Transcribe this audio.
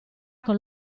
con